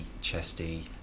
chesty